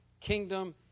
kingdom